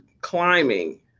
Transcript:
climbing